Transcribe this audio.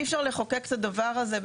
אי אפשר לחוקק את הדבר הזה,